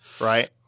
right